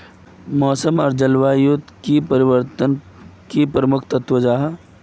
मौसम आर जलवायु युत की प्रमुख तत्व की जाहा?